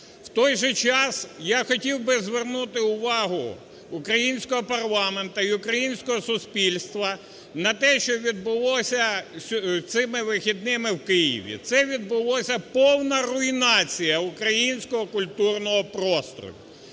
В той же час я хотів би звернути увагу українського парламенту і українського суспільства на те, що відбулося цими вихідними в Києві. Це відбулася повна руйнація українського культурного простору.